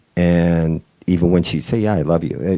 and even when she'd say, yeah, i love you.